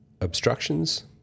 obstructions